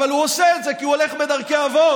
אבל הוא עושה את זה כי הוא הולך בדרכי אבות,